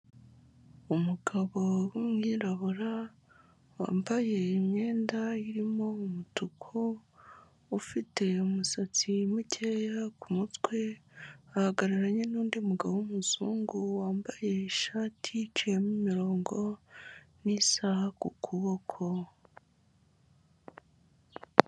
Umugabo w'umwirabura wambaye imyenda irimo umutuku ufite umusatsi mukeya kumutwe ahagararanye n'undi mugabo w'umuzungu wambaye ishati icaye imirongo n'isaha ku kuboko.